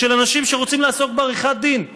של אנשים שרוצים לעסוק בעריכת דין,